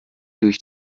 durch